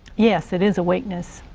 yes, it is a weakness.